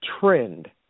trend